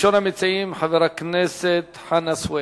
ראשון המציעים, חבר הכנסת חנא סוייד.